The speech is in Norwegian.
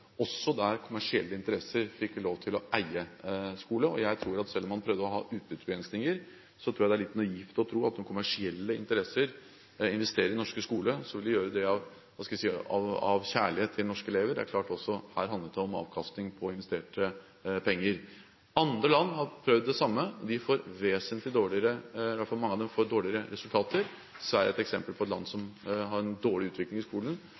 også der kommersielle interesser fikk lov til å eie skole. Jeg tror at selv om man prøvde å ha utbyttebegrensninger, er det litt naivt å tro at når kommersielle interesserer investerer i norske skoler, vil de gjøre det av – hva skal jeg si – kjærlighet til norske elever. Det er klart at her handlet det også om avkastning på investerte penger. Andre land har prøvd det samme; de får vesentlig dårligere – iallfall mange av dem – resultater. Sverige er et eksempel på et land som har en dårlig utvikling i skolen,